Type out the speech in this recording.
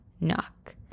knock